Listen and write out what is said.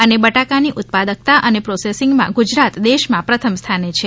અને બટાકાના ઉત્પાદકતા અને પોસેસિંગમાં ગુજરાત દેશમાં પ્રથમ સ્થાને છે